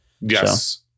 Yes